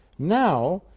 now,